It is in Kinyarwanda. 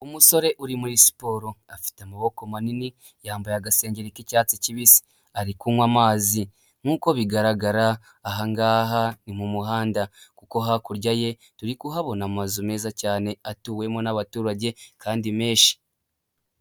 Umusore uri muri siporo afite amaboko manini yambaye agasengeri k'icyatsi kibisi, ari kunywa amazi nk'uko bigaragara ahangaha ni mu muhanda kuko hakurya ye turi kuhabona amazu meza cyane atuwemo n'abaturage kandi menshi.